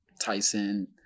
Tyson